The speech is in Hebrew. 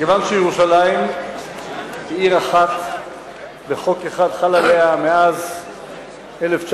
מכיוון שירושלים היא עיר אחת וחוק אחד חל עליה מאז 1967,